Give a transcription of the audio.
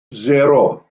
sero